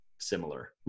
similar